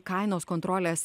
kainos kontrolės